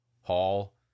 Hall